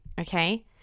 okay